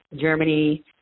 Germany